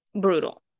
brutal